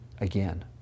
again